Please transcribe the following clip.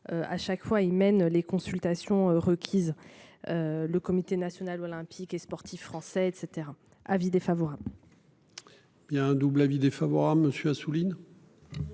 À chaque fois il mène les consultations requises. Le comité national olympique et sportif français et cetera, avis défavorable. Il y a un double avis défavorable monsieur Assouline.